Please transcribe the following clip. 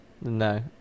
No